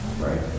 Right